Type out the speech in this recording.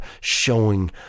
showing